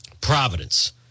Providence